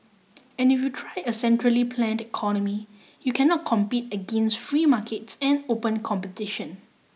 and if you try a centrally planned economy you cannot compete against free markets and open competition